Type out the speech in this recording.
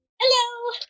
Hello